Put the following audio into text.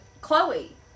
Chloe